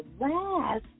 last